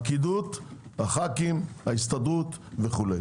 הפקידות, הח"כים, ההסתדרות וכו'.